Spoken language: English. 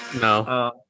No